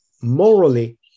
morally